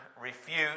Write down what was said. refute